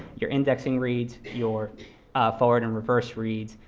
your indexing reads, your forward and reverse reads,